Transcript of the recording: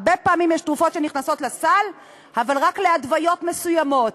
הרבה פעמים תרופות נכנסות לסל רק להתוויות מסוימות,